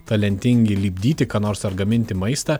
talentingi lipdyti ką nors ar gaminti maistą